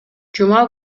жума